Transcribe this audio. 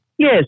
Yes